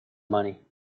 money